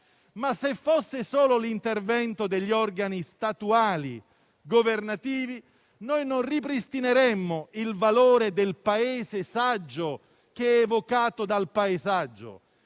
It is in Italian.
ci fosse solo l'intervento degli organi statuali governativi, non ripristineremmo il valore del Paese saggio che è evocato dal paesaggio.